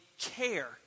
care